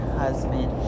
husband